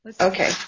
Okay